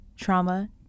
trauma